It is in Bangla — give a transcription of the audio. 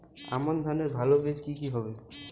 আমান ধানের ভালো বীজ কি কি হবে?